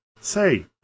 Say